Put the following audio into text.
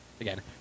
Again